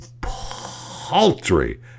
paltry